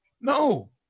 no